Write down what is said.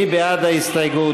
מי בעד ההסתייגות?